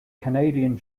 canadian